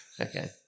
Okay